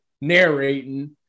narrating